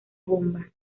bomba